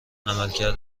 عملکرد